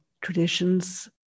traditions